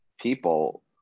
people